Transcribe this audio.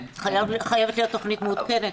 חייבת להיות תוכנית מעודכנת.